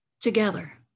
Together